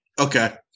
Okay